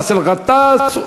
באסל גטאס,